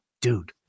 dude